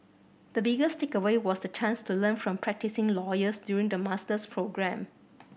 the biggest takeaway was the chance to learn from practising lawyers during the master's programme